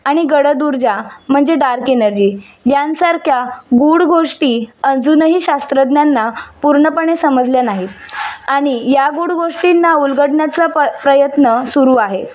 आणि गडदुर्जा म्हणजे डार्क एनर्जी यांसारख्या गुड गोष्टी अजूनही शास्त्रज्ञांना पूर्णपणे समजल्या नाही आणि या गुड गोष्टींना उलघडन्याचा प प्रयत्न सुरू आहे